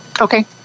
Okay